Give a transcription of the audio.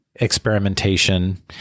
experimentation